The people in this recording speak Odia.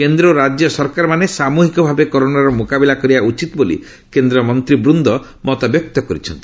କେନ୍ଦ୍ର ଓ ରାଜ୍ୟ ସରକାରମାନେ ସାମୁହିକ ଭାବେ କରୋନାର ମୁକାବିଲା କରିବା ଉଚିତ ବୋଲି କେନ୍ଦ୍ର ମନ୍ତ୍ରୀବୃନ୍ଦ ମତବ୍ୟକ୍ତ କରିଛନ୍ତି